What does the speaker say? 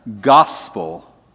gospel